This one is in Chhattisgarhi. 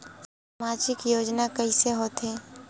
सामजिक योजना कइसे होथे?